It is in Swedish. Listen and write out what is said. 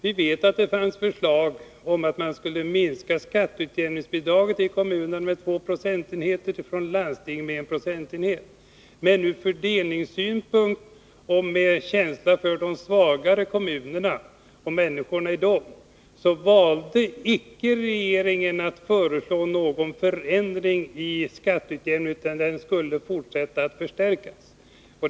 Vi vet att det fanns förslag om att man skulle minska skatteutjämningsbidragen till kommunerna med två procentenheter och till landstingen med en procentenhet. Men av fördelningspolitiska skäl och på grund av känslan för människorna i de svagare kommunerna valde regeringen att icke föreslå någon förändring i skatteutjämning; den skall också fortsättningsvis förstärkas.